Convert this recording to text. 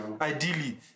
ideally